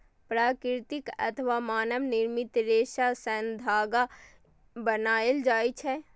प्राकृतिक अथवा मानव निर्मित रेशा सं धागा बनायल जाए छै